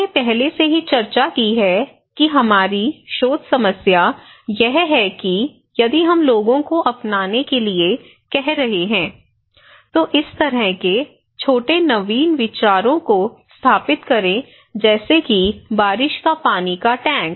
हमने पहले से ही चर्चा की है कि हमारी शोध समस्या यह है कि यदि हम लोगों को अपनाने के लिए कह रहे हैं तो इस तरह के छोटे नवीन विचारों को स्थापित करें जैसे कि बारिश का पानी का टैंक